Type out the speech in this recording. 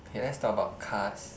okay let's talk about cars